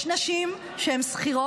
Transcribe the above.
יש נשים שכירות,